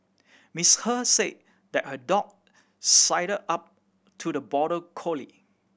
Miss He said that her dog sidled up to the border collie